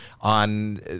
on